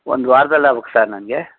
ಒಂದು ವಾರ್ದಲ್ಲಿ ಆಗ್ಬೇಕ್ ಸರ್ ನನಗೆ